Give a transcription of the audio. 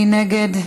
מי נגד?